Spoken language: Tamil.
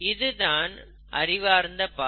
இது தான் அறிவார்ந்த பார்வை